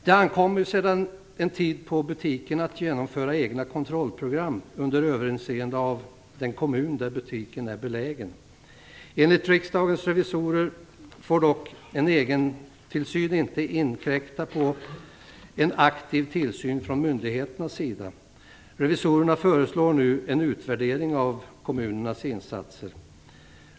Sedan en tid ankommer det på butiken att genomföra egna kontrollprogram under överinseende av den kommun där butiken är belägen. Enligt Riksdagens revisorer får dock inte en egentillsyn inkräkta på en aktiv tillsyn från myndigheternas sida. Revisorerna föreslår nu en utvärdering av kommunernas insatser.